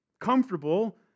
comfortable